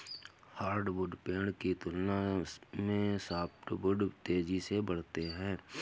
hardwood पेड़ की तुलना में सॉफ्टवुड तेजी से बढ़ते हैं